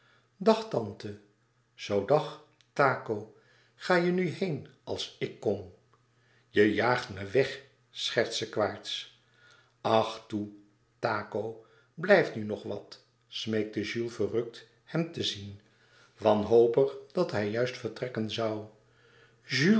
dag tante zoo dag taco ga je nu heen als ik kom je jaagt me weg schertste quaerts ach toe taco blijf nu nog wat smeekte jules verrukt hem te zien wanhopig dat hij juist vertrekken zoû